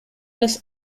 das